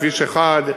כביש 1,